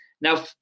Now